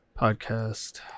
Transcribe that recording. podcast